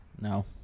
No